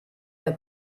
der